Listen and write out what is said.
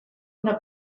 una